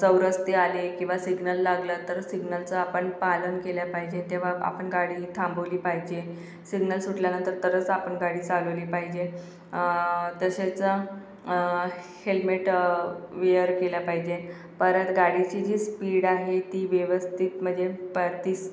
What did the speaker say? चौरस्ते आले किंवा सिग्नल लागलं तर सिग्नलचा आपण पालन केले पाहिजे तेव्हा आपण गाडी थांबवली पाहिजे सिग्नल सुटल्यानंतर तरच आपण गाडी चालवली पाहिजे तसेच हेल्मेट वेअर केलं पाहिजे परत गाडीची जी स्पीड आहे ती व्यवस्थित म्हणजे पस्तीस